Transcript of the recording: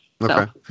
Okay